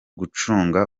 gucunga